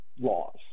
Laws